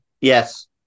Yes